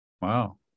Wow